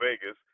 Vegas